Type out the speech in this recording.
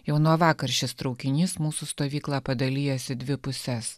jau nuo vakar šis traukinys mūsų stovyklą padalijęs į dvi puses